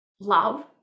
love